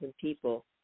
people